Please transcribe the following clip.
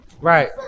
right